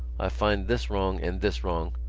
i find this wrong and this wrong.